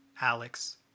Alex